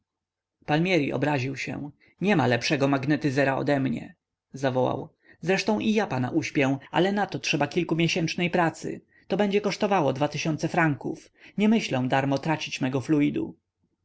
palmieri obraził się niema lepszego magnetyzera odemnie zawołał zresztą i ja pana uśpię ale na to trzeba kilkumiesięcznej pracy to będzie kosztowało dwa tysiące franków nie myślę darmo tracić mego fluidu